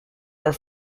are